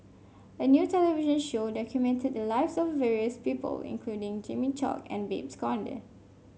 a new television show documented the lives of various people including Jimmy Chok and Babes Conde